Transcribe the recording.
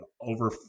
over